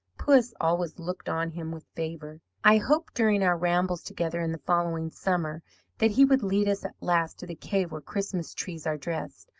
puss always looked on him with favour. i hoped during our rambles together in the following summer that he would lead us at last to the cave where christmas-trees are dressed.